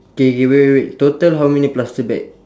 K K wait wait wait total how many plastic bag